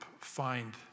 find